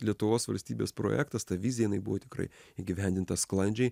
lietuvos valstybės projektas ta vizija jinai buvo tikrai įgyvendinta sklandžiai